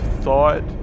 thought